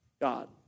God